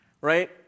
Right